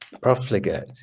profligate